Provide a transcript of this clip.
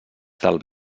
del